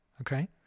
okay